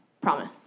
Promise